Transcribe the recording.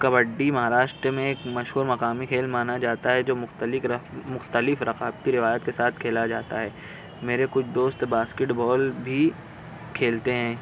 کبڈی مہاراشٹر میں ایک مشہور مقامی کھیل مانا جاتا ہے جو مختلف مختلف رقاب کی روایت کے ساتھ کھیلا جاتا ہے میرے کچھ دوست باسکٹ بال بھی کھیلتے ہیں